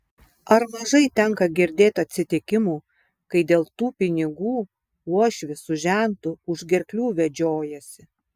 ar mažai tenka girdėt atsitikimų kai dėl tų pinigų uošvis su žentu už gerklių vedžiojasi